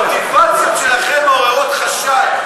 המוטיבציות שלכם מעוררות חשד,